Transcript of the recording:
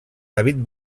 david